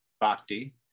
bhakti